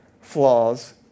Flaws